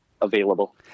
available